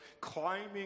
climbing